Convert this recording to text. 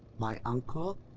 my uncle,